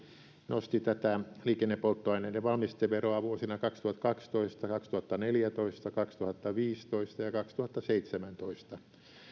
nosti tätä liikennepolttoaineiden valmisteveroa vuosina kaksituhattakaksitoista kaksituhattaneljätoista kaksituhattaviisitoista ja kaksituhattaseitsemäntoista